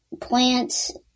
plants